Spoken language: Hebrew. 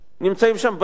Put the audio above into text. נמצאים שם בתים,